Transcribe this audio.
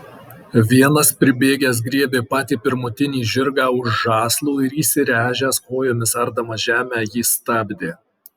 vienas pribėgęs griebė patį pirmutinį žirgą už žąslų ir įsiręžęs kojomis ardamas žemę jį stabdė